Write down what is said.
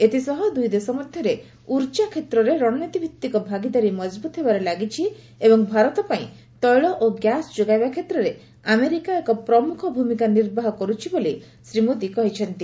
ଏଥିସହ ଦୂଇ ଦେଶ ମଧ୍ୟରେ ଉର୍ଜା କ୍ଷେତ୍ରରେ ରଣନୀତି ଭିତ୍ତିକ ଭାଗିଦାରୀ ମଜବ୍ରତ ହେବାରେ ଲାଗିଛି ଏବଂ ଭାରତ ପାଇଁ ତେଳ ଓ ଗ୍ୟାସ୍ ଯୋଗାଇବା କ୍ଷେତ୍ରରେ ଆମେରିକା ଏକ ପ୍ରମୁଖ ଭୂମିକା ନିର୍ବାହ କରୁଛି ବୋଲି ମୋଦୀ କହିଛନ୍ତି